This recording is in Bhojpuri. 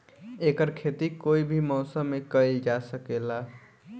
एकर खेती कोई भी मौसम मे कइल जा सके ला